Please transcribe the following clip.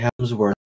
Hemsworth